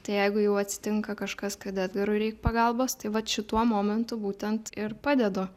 tai jeigu jau atsitinka kažkas kad edgarui reik pagalbos tai vat šituo momentu būtent ir padedu